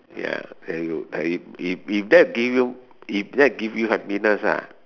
ya and you that if if if that give you if that give you happiness ah